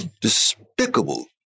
despicable